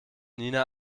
nina